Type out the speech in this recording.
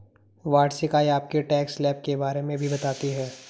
वार्षिक आय आपके टैक्स स्लैब के बारे में भी बताती है